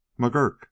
McGurk